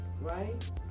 right